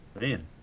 man